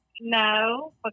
No